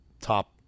top